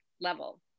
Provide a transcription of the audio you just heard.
level